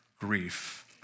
grief